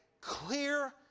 clear